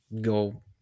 go